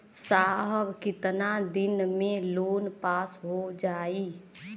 साहब कितना दिन में लोन पास हो जाई?